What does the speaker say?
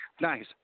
Nice